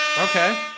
okay